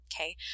Okay